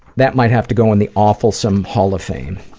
that might have to go in the awfulsome hall of fame.